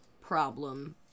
problem